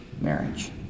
marriage